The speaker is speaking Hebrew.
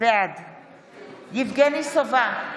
בעד יבגני סובה,